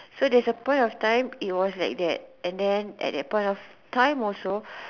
so there's a point of time it was like that and then at that point of time also